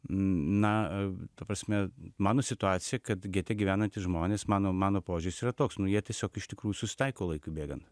na ta prasme mano situacija kad gete gyvenantys žmonės mano mano požiūris yra toks nu jie tiesiog iš tikrų susitaiko laikui bėgant